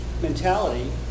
mentality